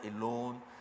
alone